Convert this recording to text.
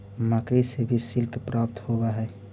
मकड़ि से भी सिल्क प्राप्त होवऽ हई